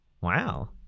Wow